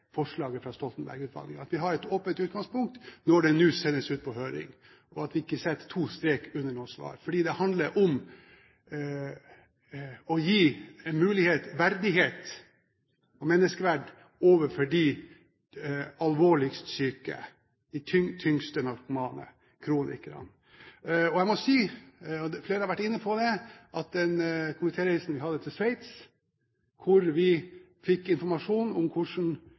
forslaget fra Stoltenberg-utvalget, vi har et åpent utgangspunkt når det nå sendes ut på høring, og vi setter ikke to streker under noe svar. For det handler om å gi en mulighet, verdighet, menneskeverd til de alvorligst syke, de tyngste narkomane, kronikerne. Jeg må si at den komitéreisen vi hadde til Sveits – og flere har vært inne på det – hvor vi fikk informasjon om hvordan behandlingen fungerte i Sveits,